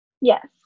Yes